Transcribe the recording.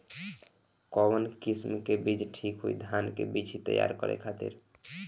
कवन किस्म के बीज ठीक होई धान के बिछी तैयार करे खातिर?